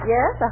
Yes